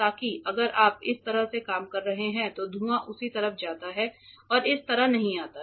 ताकि अगर आप इस तरह से काम कर रहे हैं तो धुंआ उसी तरफ जाता है और इस तरह नहीं आता है